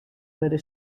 wurde